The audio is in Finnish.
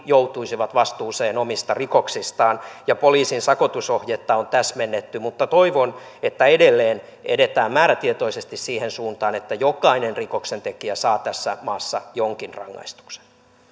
joutuisivat vastuuseen omista rikoksistaan ja poliisin sakotusohjetta on täsmennetty mutta toivon että edelleen edetään määrätietoisesti siihen suuntaan että jokainen rikoksentekijä saa tässä maassa jonkin rangaistuksen